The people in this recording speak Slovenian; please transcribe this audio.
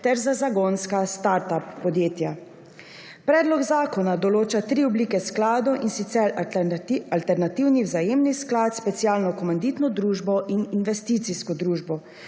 ter za zagonska start up podjetja. Predlog zakona določa tri oblike skladov in sicer alternativni vzajemni sklad, specialno komanditno družbo in investicijsko družbo.